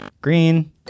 green